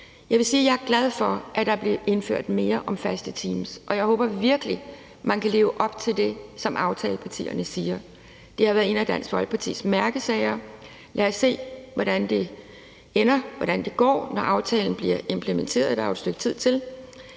Jeg vil sige, at jeg er glad for, at der er blevet indført mere om faste teams, og jeg håber virkelig, at man kan leve op til det, som aftalepartierne siger. Det har været en af Dansk Folkepartis mærkesager. Lad os se, hvordan det ender, hvordan det går, når aftalen bliver implementeret – der er jo et stykke tid til